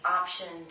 option